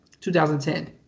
2010